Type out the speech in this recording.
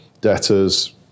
debtors